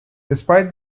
despite